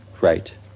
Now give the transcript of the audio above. right